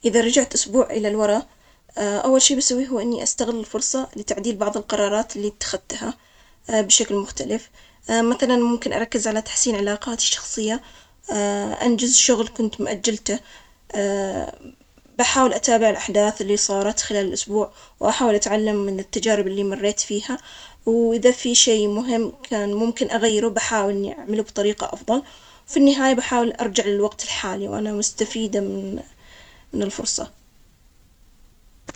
لو رجعت أسبوع للوراء، بستغل الفرصة باني أزيارة أصدقائي واقضي وقت مع العائلة, وأحاول أغير بعض القرارات اتخذتها أو أتعلم من الأخطاء، ويمكن أسجل بعض اللحظات المهمة وأخذ صور عشان أذكر نفسي بعدين, إني أشوف إذا في شيء مهم فاتني وأقدر أغيره قبل لا يرجع الوقت الحالي.